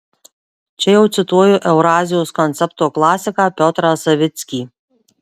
čia jau cituoju eurazijos koncepto klasiką piotrą savickį